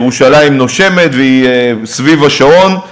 ירושלים נושמת, והיא סביב השעון.